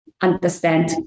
understand